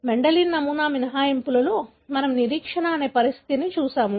Mendelian నమూనా మినహాయింపులలో మనము నిరీక్షణ అనే పరిస్థితిని చూశాము